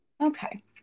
Okay